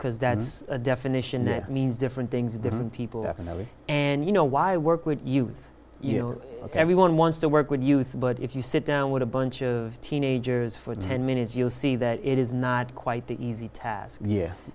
that's a definition that means different things to different people definitely and you know why work with youth year everyone wants to work with youth but if you sit down with a bunch of teenagers for ten minutes you'll see that it is not quite that easy task ye